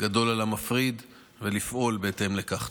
גדול על המפריד ולפעול בהתאם לכך.